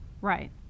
Right